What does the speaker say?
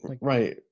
right